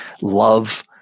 love